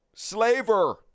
Slaver